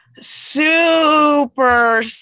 super